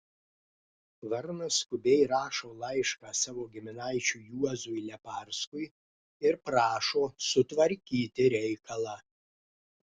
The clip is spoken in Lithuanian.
varnas skubiai rašo laišką savo giminaičiui juozui leparskui ir prašo sutvarkyti reikalą